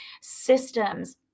Systems